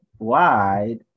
wide